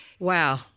Wow